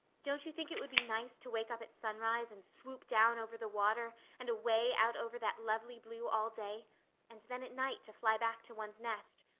don't you think it would be nice to wake up at sunrise and swoop down over the water and away out over that lovely blue all day and then at night to fly back to one's nest?